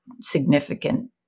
significant